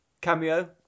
cameo